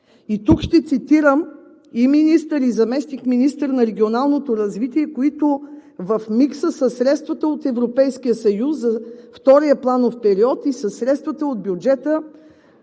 И тук ще цитирам и министър и заместник-министър на регионалното развитие, които в микса със средствата от Европейския съюз за втория планов период и със средствата от бюджета,